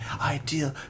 ideal